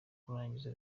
kurangiza